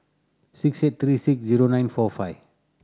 six eight three six zero nine four five